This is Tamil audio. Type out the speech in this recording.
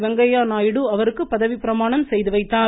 வெங்கைய நாயுடு அவருக்கு பதவிப்பிரமாணம் செய்து வைத்தார்